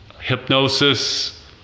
hypnosis